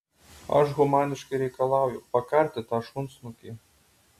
aš humaniškai reikalauju pakarti tą šunsnukį